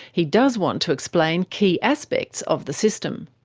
he does want to explain key aspects of the system.